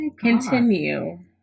Continue